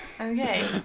Okay